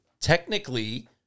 Technically